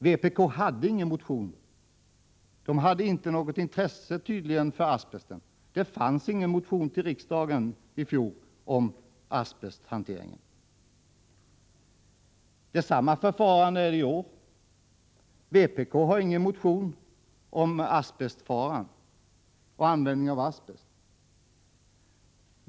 Vpk hade ingen motion, de hade tydligen inte något intresse för asbestfrågorna. Detsamma gäller i år. Vpk har ingen motion om farorna i samband med användning av asbest.